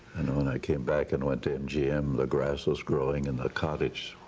and um and i came back and went to mgm. the grass was growing and the cottage,